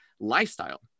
lifestyle